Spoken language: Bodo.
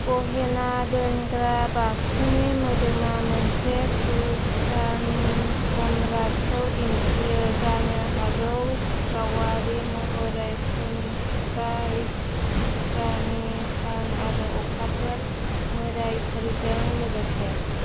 गहेना दोनग्रा बाक्सुनि मोदोमा मोनसे कुषाण सम्राटखौ दिन्थियो जानो हागौ गावारि महरै कनिष्कआ ईरानी सान आरो अखाफोर मोदाइफोरजों लोगोसे